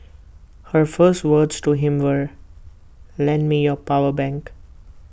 her first words to him were lend me your power bank